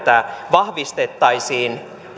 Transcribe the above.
vahvistettaisiin